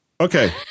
Okay